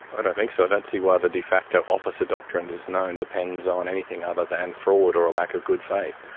i don't think so, i don't see why the de facto officer doctrines as known depends on anything other than fraud or a lack of good faith.